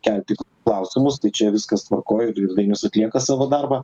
kelti klausimus tai čia viskas tvarkoj dainius atlieka savo darbą